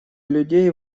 людей